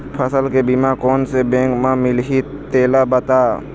फसल के बीमा कोन से बैंक म मिलही तेला बता?